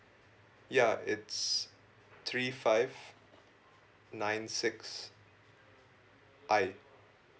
ya it's three five nine six I